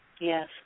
Yes